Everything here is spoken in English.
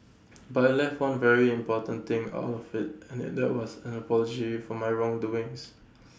but I left one very important thing out of IT and that was an apology for my wrong doings